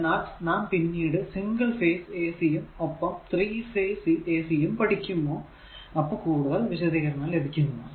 എന്നാൽ നാം പിന്നീട് സിംഗിൾ ഫേസ് ac യും ഒപ്പം 3 ഫേസ് ac യും പഠിക്കുമോ അപ്പോൾ കൂടുതൽ വിശദീകരണം ലഭിക്കുന്നതാണ്